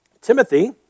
Timothy